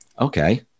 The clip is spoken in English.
okay